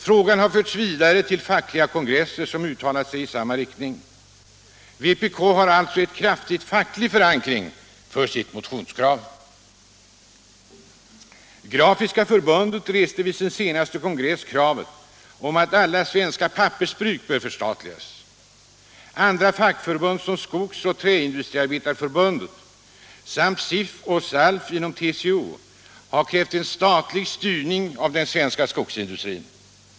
Frågan har förts vidare till fackliga kongresser, som uttalat sig i samma riktning. Vpk har alltså en kraftig facklig förankring för sitt motionskrav. Grafiska fackförbundet reste vid sin senaste kongress kravet på att alla svenska pappersbruk bör förstatligas. Andra fackförbund, såsom Skogsoch Träindustriarbetareförbunden samt SIF och SALF i TCO, har krävt en statlig styrning av den svenska skogsindustrin.